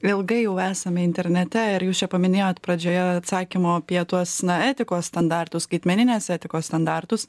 ilgai jau esame internete ir jūs čia paminėjot pradžioje atsakymo apie tuos na etikos standartus skaitmeninės etikos standartus